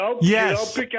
Yes